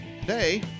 Today